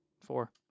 Four